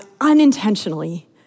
unintentionally